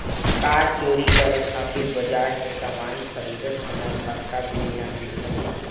कार चोरी करे खातिर बाजार से सामान खरीदत समय पाक्का बिल ना लिहल जाला